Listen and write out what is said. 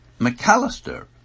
McAllister